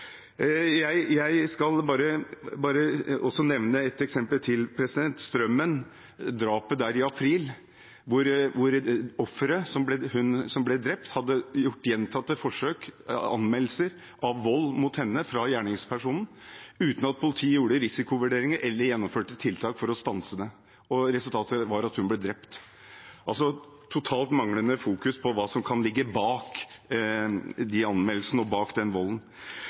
Jeg skal nevne et eksempel til, drapet på Strømmen i april, hvor offeret, hun som ble drept, gjentatte ganger hadde anmeldt vold mot henne fra gjerningspersonen uten at politiet gjorde risikovurderinger eller gjennomførte tiltak for å stanse det. Resultatet var at hun ble drept. Altså har det vært totalt manglende fokus på hva som kan ligge bak de anmeldelsene og bak den volden.